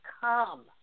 come